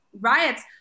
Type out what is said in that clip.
riots